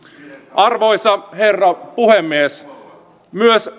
arvoisa herra puhemies myös